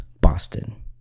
Boston